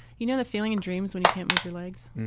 you know the feeling in dreams when you can't move your legs?